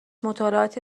مطالعاتی